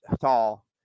tall